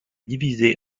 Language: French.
divisé